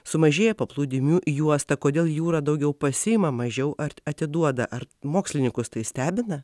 sumažėję paplūdimių juosta kodėl jūra daugiau pasiima mažiau ar atiduoda ar mokslininkus tai stebina